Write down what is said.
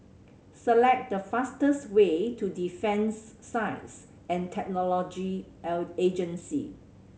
select the fastest way to Defence Science and Technology Agency